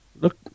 Look